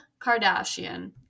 Kardashian